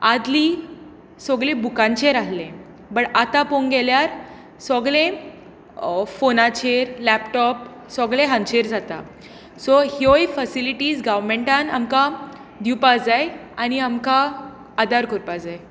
आदलीं सगलें बुकांचेर आसा बट आतां पळोवंक गेल्यार सगलें फोनाचेर लॅपटॉप सगलें हांचेर जाता सो ह्योय फसिलिटीज गवमँटान आमकां दिवपाक जाय आनी आमकां आदार करकपा जाय